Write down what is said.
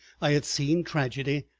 i had seen tragedy,